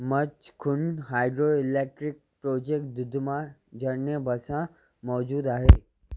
मच्छ कुंड hydro electric project Duduma झर्णे भरिसां मौजूदु आहे